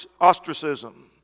ostracism